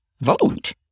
vote